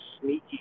sneaky